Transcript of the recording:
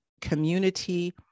Community